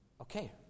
Okay